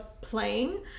playing